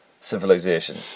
civilization